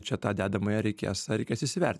čia tą dedamąją reikės tą reikės įsivertint